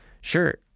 sure